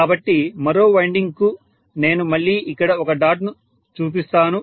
కాబట్టి మరో వైండింగ్ కు నేను మళ్ళీ ఇక్కడ ఒక డాట్ ను చూపిస్తాను